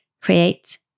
create